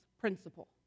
principle